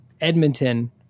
Edmonton